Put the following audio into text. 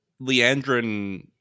Leandrin